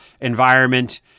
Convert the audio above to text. environment